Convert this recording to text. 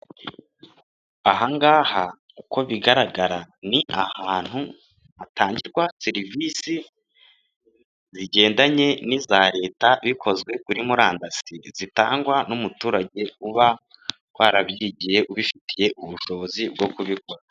Aha ngaha uko bigaragara n'ahantu hatangirwa serivisi zigendanye n'iza leta bikozwe kuri murandasi, zitangwa n'umuturage uba warabyigiye ubifitiye ubushobozi bwo kubikora.